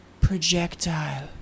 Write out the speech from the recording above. projectile